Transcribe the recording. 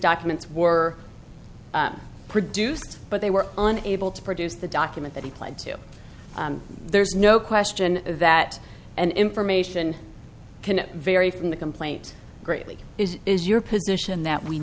documents were produced but they were unable to produce the document that he pled to there's no question that an information can vary from the complaint greatly is your position that we